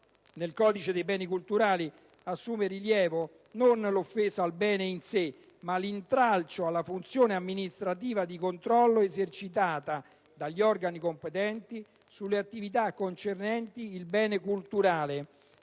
nel codice di beni culturali assume rilievo non l'offesa al bene in sé, ma l'intralcio alla funzione amministrativa di controllo esercitata dagli organi competenti sulle attività concernenti il bene culturale.